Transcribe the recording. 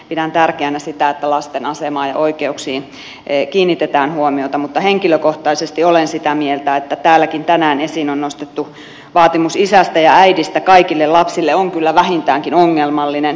pidän tärkeänä sitä että lasten asemaan ja oikeuksiin kiinnitetään huomiota mutta henkilökohtaisesti olen sitä mieltä että täälläkin tänään esiin nostettu vaatimus isästä ja äidistä kaikille lapsille on kyllä vähintäänkin ongelmallinen